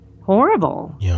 horrible